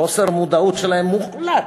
חוסר המודעות שלהם מוחלט,